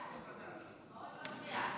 מפתיע מאוד.